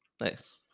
Nice